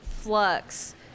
Flux